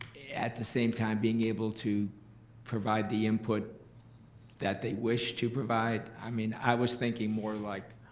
at the same time, being able to provide the input that they wish to provide. i mean, i was thinking more like,